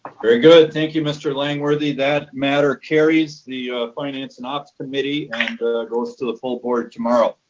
very good, thank you mr. langworthy. that matter carries the finance and ops committee and goes to the full board tomorrow.